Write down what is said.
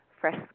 fresh